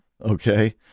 Okay